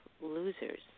losers